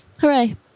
hooray